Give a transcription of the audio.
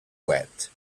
wept